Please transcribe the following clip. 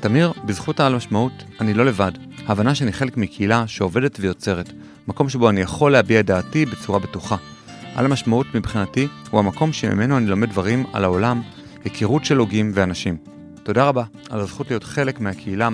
תמיר, בזכות העל משמעות אני לא לבד. ההבנה שאני חלק מקהילה שעובדת ויוצרת, מקום שבו אני יכול להביע דעתי בצורה בטוחה. העל המשמעות מבחינתי הוא המקום שממנו אני לומד דברים על העולם, היכרות של הוגים ואנשים. תודה רבה על הזכות להיות חלק מהקהילה.